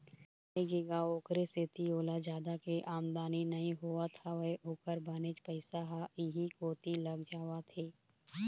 भइगे गा ओखरे सेती ओला जादा के आमदानी नइ होवत हवय ओखर बनेच पइसा ह इहीं कोती लग जावत हे